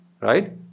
right